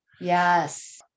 Yes